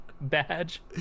badge